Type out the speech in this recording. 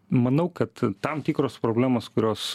manau kad tam tikros problemos kurios